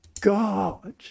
God